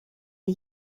are